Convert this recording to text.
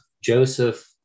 Joseph